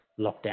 lockdown